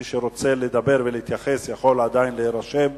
מי שרוצה לדבר ולהתייחס יכול עדיין להירשם.